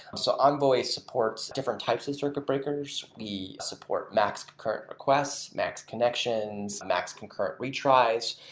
so envoy supports different types of circuit breakers. we support max concurrent requests, max connection, max concurrent retries.